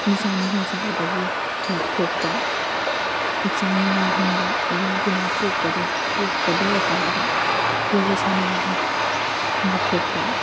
ꯅꯤꯁꯥ ꯅꯨꯡꯁꯥ ꯆꯥꯕꯗꯒꯤ ꯂꯥꯞꯊꯣꯛꯄ ꯍꯛꯆꯥꯡ ꯅꯨꯡꯉꯥꯏꯍꯟꯕ ꯂꯥꯏꯅꯥ ꯇꯤꯟꯅꯥ ꯄꯣꯛꯀꯗ ꯀꯌꯥꯗꯣ ꯌꯣꯒꯥ ꯁꯥꯟꯅꯕꯅ ꯉꯥꯛꯊꯣꯛꯄ